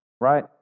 Right